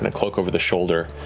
and cloak over the shoulder,